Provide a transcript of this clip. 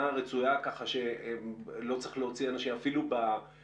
הרצויה כך שלא צריך להוציא אנשים החוצה אפילו בשיא,